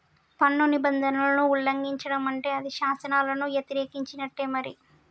పన్ను నిబంధనలను ఉల్లంఘిచడం అంటే అది శాసనాలను యతిరేకించినట్టే మరి